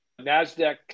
NASDAQ